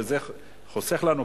וזה חוסך לנו,